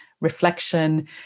reflection